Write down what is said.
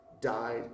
died